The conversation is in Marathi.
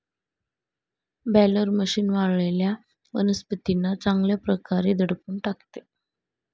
बॅलर मशीन वाळलेल्या वनस्पतींना चांगल्या प्रकारे दडपून टाकते